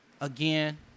again